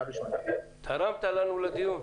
תרמת לנו לדיון.